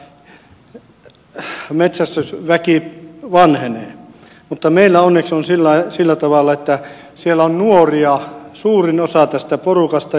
nyt niin kuin täällä on ollut puhetta metsästysväki vanhenee mutta meillä onneksi on sillä tavalla että siellä on nuoria suurin osa tästä porukasta